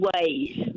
ways